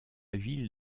ville